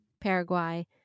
Paraguay